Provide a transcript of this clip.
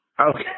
Okay